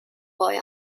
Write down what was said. boy